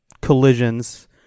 collisions